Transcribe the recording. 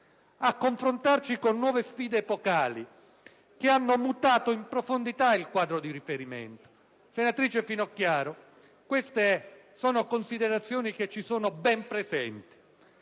a confrontarci con nuove sfide epocali che hanno mutato in profondità il quadro di riferimento. Senatrice Finocchiaro, queste sono considerazioni che abbiamo ben presenti.